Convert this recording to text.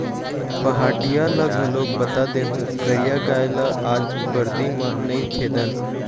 पहाटिया ल घलोक बता देहूँ करिया गाय ल आज बरदी म नइ खेदन